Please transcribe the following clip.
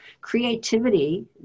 Creativity